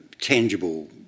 tangible